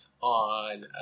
on